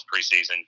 preseason